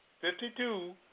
fifty-two